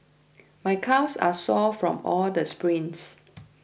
my calves are sore from all the sprints